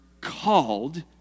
called